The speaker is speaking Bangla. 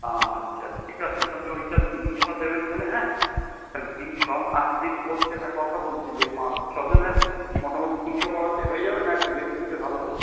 আচ্চা ঠিক আছে তালে ওইটা তিনশো দেবেন খনে হ্যাঁ তালে তিনশো আট পিস বলছে একটা কথা বলছি যে পাঁচ ছজনের মোটামুটি তিনশো বড়াতে হয়ে যাবে না একটু বেশি দিলে ভালো হবে